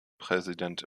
präsident